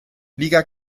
liga